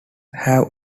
have